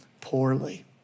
poorly